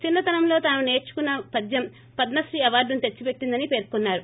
చిన్న తనంలో తాను నేర్చుకున్న పద్యం పద్మశ్రీ అవార్డును తెచ్చిందని పేర్కొన్సారు